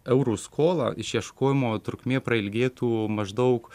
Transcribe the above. eurų skolą išieškojimo trukmė prailgėtų maždaug